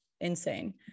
insane